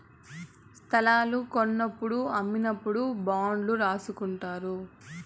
స్తలాలు కొన్నప్పుడు అమ్మినప్పుడు బాండ్లు రాసుకుంటారు